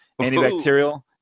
antibacterial